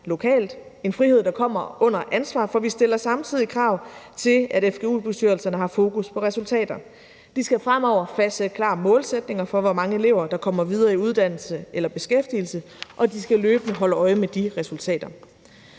en frihed, der kommer under ansvar, for vi stiller samtidig krav til, at fgu-bestyrelserne har fokus på resultater. De skal fremover fastsætte klare målsætninger for, hvor mange elever der kommer videre i uddannelse eller beskæftigelse, og de skal løbende holde øje med de resultater.